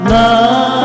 love